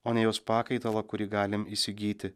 o ne jos pakaitalą kurį galim įsigyti